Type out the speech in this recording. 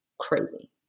crazy